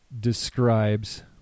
describes